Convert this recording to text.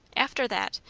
after that,